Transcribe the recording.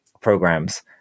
programs